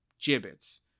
Gibbets